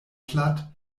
platt